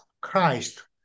Christ